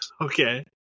Okay